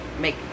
make